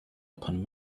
upon